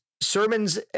sermons